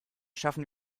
schaffen